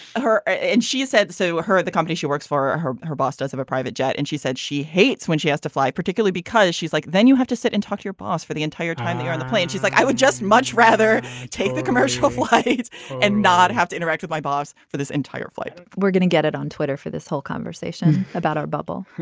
her and she said so her at the company she works for ah her her boss does have a private jet. and she said she hates when she has to fly particularly because she's like then you have to sit and talk to your boss for the entire time you're on the plane she's like i would just much rather take the commercial flights and not have to interact with my boss for this entire flight we're going to get it on twitter for this whole conversation about our bubble.